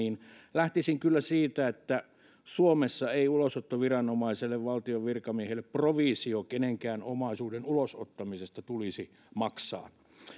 lähtisin kyllä siitä että suomessa ei ulosottoviranomaiselle valtion virkamiehille provisiota kenenkään omaisuuden ulosottamisesta tulisi maksaa